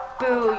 boo